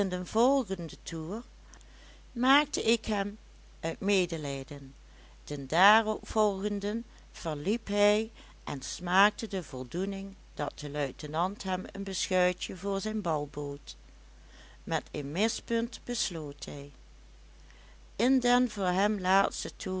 den volgenden toer maakte ik hem uit medelijden den daarop volgenden verliep hij en smaakte de voldoening dat de luitenant hem een beschuitje voor zijn bal bood met een mispunt besloot hij in den voor hem laatsten toer